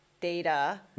data